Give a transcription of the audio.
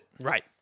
Right